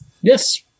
Yes